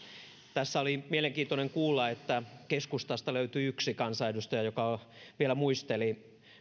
tässä oli mielenkiintoista kuulla että keskustasta löytyi yksi kansanedustaja joka vielä muisteli